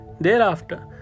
Thereafter